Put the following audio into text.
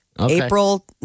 April